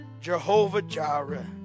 Jehovah-Jireh